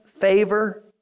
favor